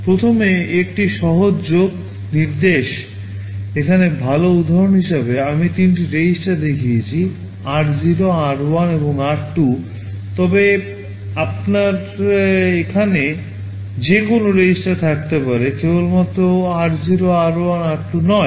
প্রথমে একটি সহজ যোগ নির্দেশ এখানে ভাল উদাহরণ হিসাবে আমি তিনটি রেজিস্টার দেখিয়েছি r 0 r1 r2 তবে আপনার এখানে যে কোনও রেজিস্টার থাকতে পারে কেবলমাত্র r0 r1 r2 নয়